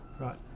right